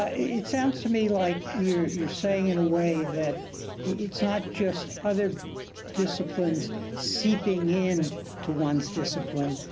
ah it sounds to me like you're you're saying in a way that it's not just other disciplines seeping in to one's discipline,